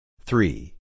Three